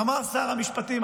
אמר שר המשפטים,